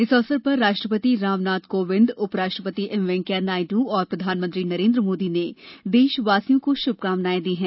इस अवसर पर राष्ट्रपति रामनाथ कोविंद उपराष्ट्रपति एम वेंकैया नायडू और प्रधानमंत्री नरेन्द्र मोदी ने देशवासियों को शुभकामनाएं दी हैं